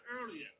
earlier